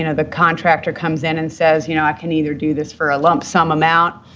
you know the contractor comes in and says, you know, i can either do this for a lump sum amount,